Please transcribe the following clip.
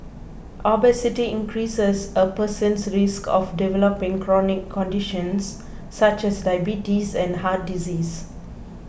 obesity increases a person's risk of developing chronic conditions such as diabetes and heart disease